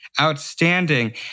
Outstanding